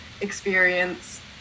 experience